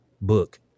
book